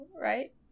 right